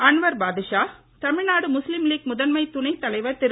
Anwar Badusha Tamil Nadu Muslim League முதன்மை துணைத் தலைவர் திரு